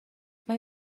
mae